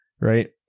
right